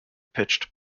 pitched